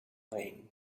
plain